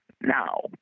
Now